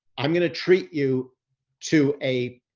i'm going to treat you to a,